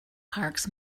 parks